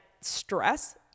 stress